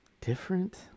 different